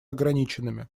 ограниченными